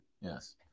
yes